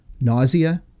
Nausea